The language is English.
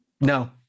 no